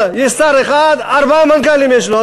יש שר אחד, ארבעה מנכ"לים יש לו.